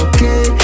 Okay